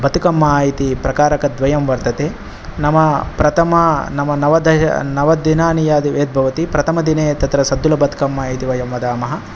बतिकम्मा इति प्रकारकद्वयं वर्तते नाम प्रथमं नाम नवद नवदिनानि यद् भवति प्रथमदिने तत्र सद्दुलबतकम्मा इति वयं वदामः